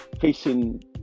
facing